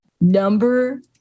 Number